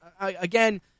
again